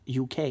UK